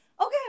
okay